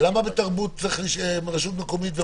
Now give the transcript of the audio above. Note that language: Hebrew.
למה בתרבות צריך רשות מקומית?